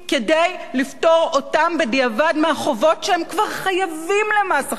לפטור אותם בדיעבד מהחובות שהם כבר חייבים למס הכנסה.